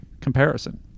comparison